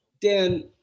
Dan